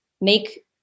make